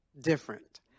different